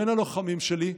בין הלוחמים שלי,